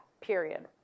period